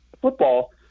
Football